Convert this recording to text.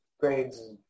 grades